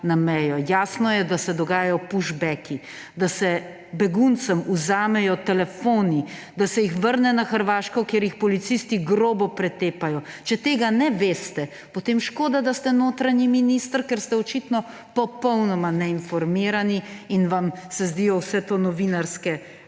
Jasno je, da se dogajajo pushbacki, da se beguncem vzamejo telefoni, da se jih vrne na Hrvaško, kjer jih policisti grobo pretepajo. Če tega ne veste, potem škoda, da ste notranji minister, ker ste očitno popolnoma neinformirani in vam se zdi vse to novinarske